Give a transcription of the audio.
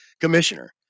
commissioner